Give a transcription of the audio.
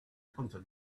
contents